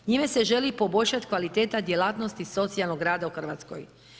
Njime se želi poboljšati kvaliteta djelatnosti socijalnog rada u Hrvatskoj.